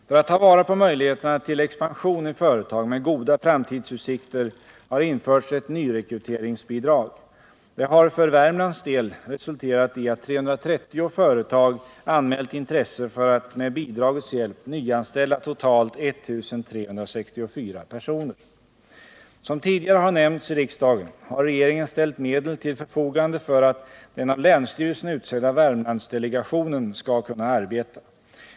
För att ta vara på möjligheterna till expansion i företag med goda framtidsutsikter har införts ett nyrekryteringsbidrag. Det har för Värmlands del resulterat i att 330 företag anmält intresse för att med bidragets hjälp nyanställa totalt 1 364 personer. Som tidigare har nämnts i riksdagen, har regeringen ställt medel till förfogande för att den av länsstyrelsen utsedda Värmlandsdelegationen skall kunna arbeta.